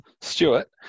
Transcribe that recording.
Stewart